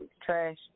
trash